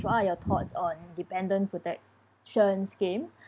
what are your thoughts on dependent protection scheme